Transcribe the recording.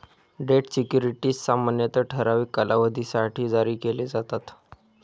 date securities सामान्यतः ठराविक कालावधीसाठी जारी केले जातात